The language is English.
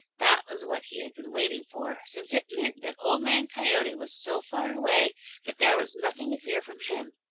that was what he had been waiting for, since it meant that old man coyote was so far away that there was nothing to fear from him.